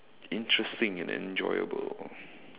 interesting and enjoyable